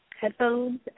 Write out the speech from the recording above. headphones